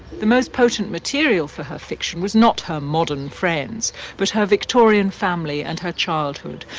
the most potent material for her fiction was not her modern friends but her victorian family and her childhood.